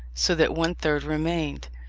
so that one-third remained.